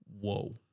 whoa